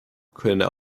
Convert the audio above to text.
können